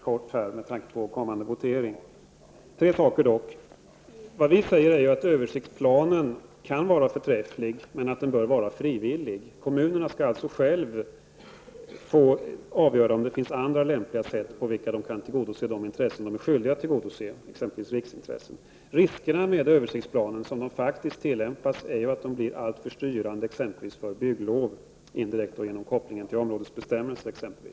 Herr talman! Jag skall fatta mig kort med tanke på att votering i ärendet är nära förestående. Tre saker vill jag dock ta upp. Vi säger att översiktsplanerna förvisso kan vara förträffliga. Men de bör bygga på frivillighet. En kommun skall alltså själv kunna avgöra om det finns andra lämpliga sätt att möta de intressen som kommunen är skyldig att tillgodose. Exempelvis gäller det då riksintressena. Risken med översiktsplaner vad gäller tillämpningen är att de kan bli alltför styrande, t.ex. i fråga om bygglov. Det kan gälla indirekt, exempelvis genom kopplingen till områdesbestämmelserna.